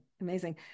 Amazing